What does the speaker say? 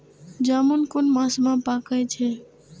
जामून कुन मास में पाके छै?